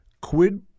quid